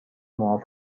معاف